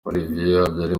olivier